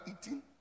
eating